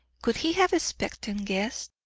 could he have expected guests?